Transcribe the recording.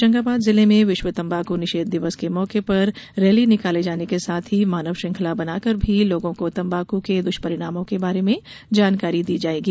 होशंगाबाद जिले में विश्व तम्बाकू निषेध दिवस के मौके पर रैली निकाले जाने के साथ ही मानव श्रृंखला बनाकर भी लोगों को तम्बाकू के दुष्परिणामों के बारे में जानकारी दी जाएगी